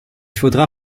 faudra